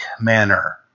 manner